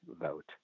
vote